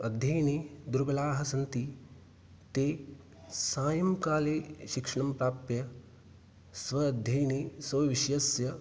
अध्ययने दुर्बलाः सन्ति ते सायङ्काले शिक्षणं प्राप्य स्व अध्ययने स्वविषयस्य